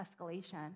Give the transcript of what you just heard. escalation